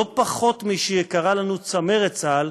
לא פחות משיקרה לנו צמרת צה"ל,